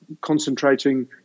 concentrating